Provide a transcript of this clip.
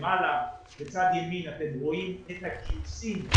למעלה בצד ימין אתם רואים את הגיוסים,